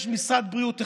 יש משרד בריאות אחד,